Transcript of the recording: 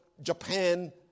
Japan